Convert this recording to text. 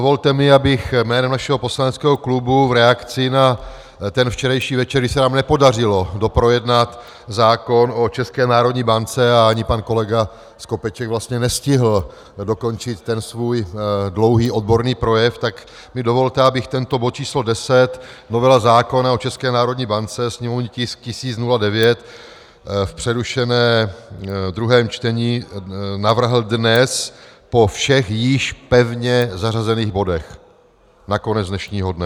Dovolte mi, abych jménem našeho poslaneckého klubu v reakci na ten včerejší večer, kdy se nám nepodařilo doprojednat zákon o České národní bance a ani pan kolega Skopeček vlastně nestihl dokončit ten svůj dlouhý odborný projev, tak mi dovolte, abych tento bod číslo 10, Novela zákona o České národní bance, sněmovní tisk 1009 v přerušeném druhém čtení, navrhl dnes po všech již pevně zařazených bodech na konec dnešního dne.